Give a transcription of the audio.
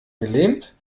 gelähmt